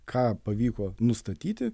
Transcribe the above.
ką pavyko nustatyti